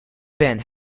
benn